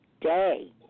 day